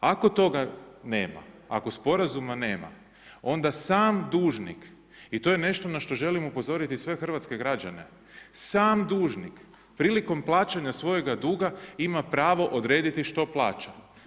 Ako toga nema, ako sporazuma nema, onda sam dužnik i to je nešto na što želim upozoriti sve hrvatske građane, sam dužnik prilikom plaćanja svojega duga ima pravo odrediti što plaća.